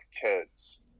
kids